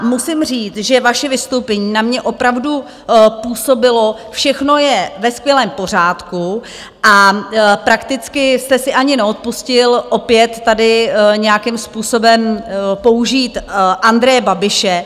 Musím říct, že vaše vystoupení na mě opravdu působilo: všechno je ve skvělém pořádku a prakticky jste si ani neodpustil opět tady nějakým způsobem použít Andreje Babiše.